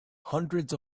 hundreds